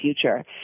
future